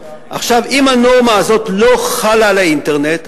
אם הנורמה הזאת לא חלה על האינטרנט,